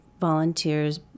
volunteers